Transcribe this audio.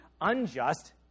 unjust